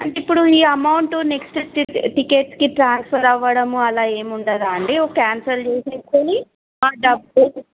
అంటే ఇప్పుడు ఈ అమౌంట్ నెక్స్ట్ టికెట్స్కి ట్రాన్స్ఫర్ అవ్వడము అలా ఏముండదా అండి క్యాన్సల్ చేసేకొని డబ్బ